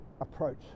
approach